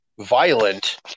violent